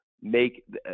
make